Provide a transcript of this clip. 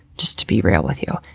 just to be real with you.